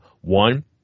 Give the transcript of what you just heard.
one